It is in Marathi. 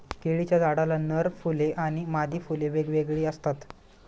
केळीच्या झाडाला नर फुले आणि मादी फुले वेगवेगळी असतात